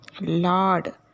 Lord